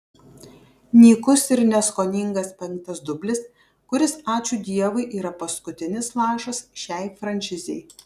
nykus ir neskoningas penktas dublis kuris ačiū dievui yra paskutinis lašas šiai franšizei